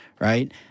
right